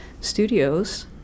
studios